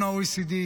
ה-OECD,